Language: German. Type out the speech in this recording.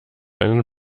einen